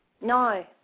No